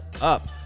up